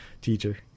teacher